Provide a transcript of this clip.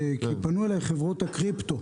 כי פנו אליי חברות הקריפטו.